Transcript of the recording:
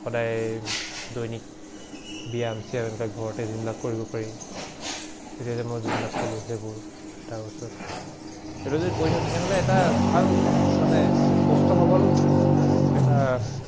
সদায় দৈনিক ব্যায়াম চিয়াম এইবিলাক ঘৰতে যোনবিলাক কৰিব পাৰি তেতিয়া যে মই যোনবিলাক ক'লো সেইবোৰ তাৰপাছত সেইটো যদি কৰি থাকো তেনেহ'লে এটা ভাল মানে সুস্থ সবল এটা